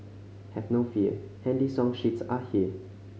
have no fear handy song sheets are here